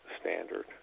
standard